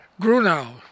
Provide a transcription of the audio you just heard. Grunau